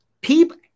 people